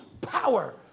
power